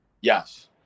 Yes